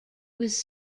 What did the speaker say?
was